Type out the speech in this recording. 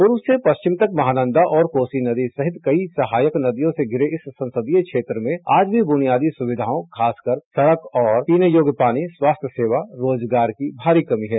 पूर्व से पश्चिम तक महानंदा और कोसी नदी सहित कई सहायक नदियों से घिरे इस ससंदीय क्षेत्र में आज भी बुनियादी सुविधाओं खासकर सड़क और पीने योग्य पानी स्वास्थ्य सेवा रोजगार की भारी कमी है